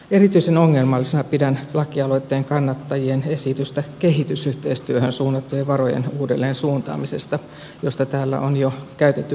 erityisen ongelmallisena pidän lakialoitteen kannattajien esitystä kehitysyhteistyöhön suunnattujen varojen uudelleensuuntaamisesta josta täällä on jo käytetty puheenvuoroja